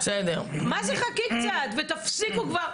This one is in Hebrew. ותפסיקו כבר.